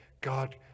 God